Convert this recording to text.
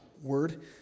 Word